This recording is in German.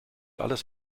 alles